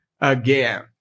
again